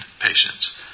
patients